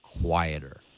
quieter